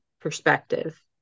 perspective